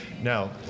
Now